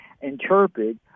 interpret